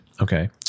Okay